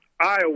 Iowa